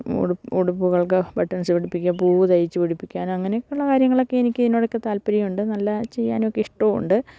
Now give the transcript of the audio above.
ഉടുപ്പുകൾക്ക് buttons പിടിപ്പിക്കുക പൂവ് തയ്ച്ചുപിടിപ്പിക്കാൻ അങ്ങനെയൊക്കെയുള്ള കാര്യങ്ങളൊക്കെ എനിക്ക് ഇതിനോടൊക്കെ താല്പര്യമുണ്ട് നല്ല ചെയ്യാനുമൊക്കെ ഇഷ്ടവുമുണ്ട്